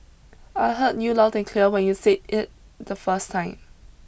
I heard you loud and clear when you say it the first time